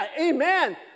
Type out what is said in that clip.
amen